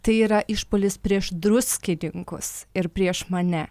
tai yra išpuolis prieš druskininkus ir prieš mane